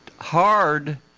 hard